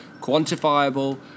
quantifiable